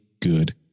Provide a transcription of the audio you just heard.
good